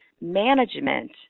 management